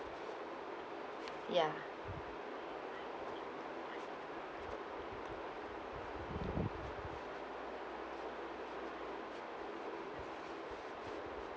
ya mm